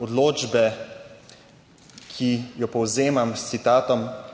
odločbe, ki jo povzemam s citatom: